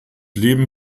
leben